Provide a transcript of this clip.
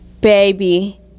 baby